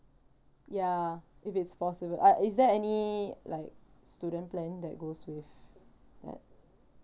ya if it's possible uh is there any like student plan that goes with that